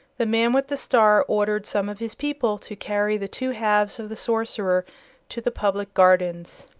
the man with the star ordered some of his people to carry the two halves of the sorcerer to the public gardens.